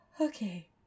Okay